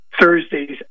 Thursday's